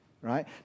right